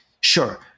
sure